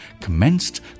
commenced